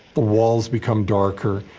the walls become darker,